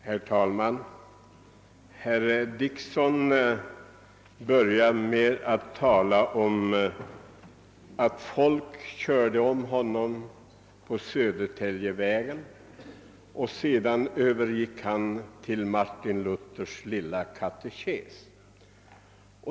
Herr talman! Herr Dickson inledde sitt anförande med att tala om att han blev omkörd på Södertäljevägen och övergick sedan till Martin Luthers Lilla katekes.